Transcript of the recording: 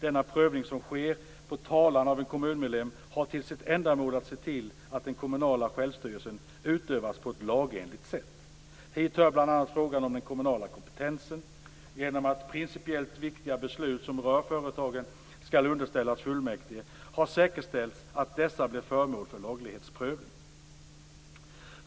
Denna prövning som sker på talan av en kommunmedlem har till ändamål att se till att den kommunala självstyrelsen utövas på ett lagenligt sätt. Hit hör bl.a. frågan om den kommunala kompetensen. Genom att principiellt viktiga beslut som rör företagen skall underställas fullmäktige har säkerställts att dessa blir föremål för laglighetsprövning.